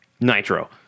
Nitro